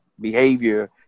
behavior